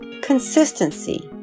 consistency